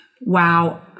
wow